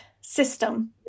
system